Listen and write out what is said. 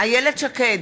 איילת שקד,